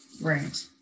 Right